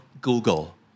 Google